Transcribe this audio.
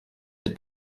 the